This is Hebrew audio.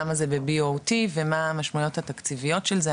למה זה ב- BOT ומה בדיוק המשמעויות התקציביות של זה,